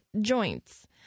joints